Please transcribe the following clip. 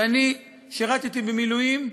ואני שֵרַתי במילואים,